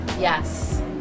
Yes